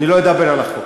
אני לא אדבר על החוק,